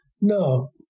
no